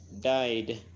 died